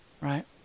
right